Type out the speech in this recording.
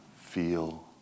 feel